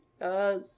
Yes